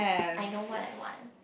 I know what I want